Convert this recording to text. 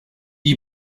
die